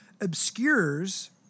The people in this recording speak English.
obscures